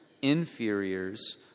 inferiors